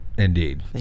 Indeed